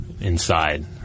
inside